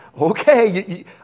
Okay